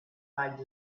much